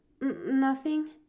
Nothing